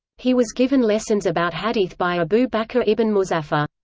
he was given lessons about hadith by abu bakr ibn muzaffar.